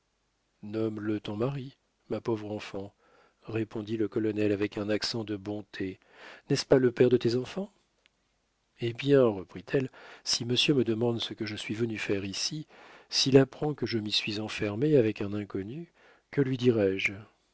nomme le ton mari ma pauvre enfant répondit le colonel avec un accent de bonté n'est-ce pas le père de tes enfants eh bien reprit-elle si monsieur me demande ce que je suis venue faire ici s'il apprend que je m'y suis enfermée avec un inconnu que lui dirai-je